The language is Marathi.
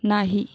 नाही